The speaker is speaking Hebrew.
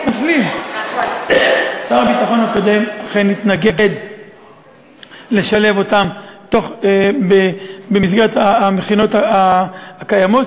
שר הביטחון הקודם אכן התנגד לשילוב שלהם במסגרת המכינות הקיימות,